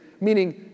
Meaning